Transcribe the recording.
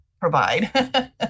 provide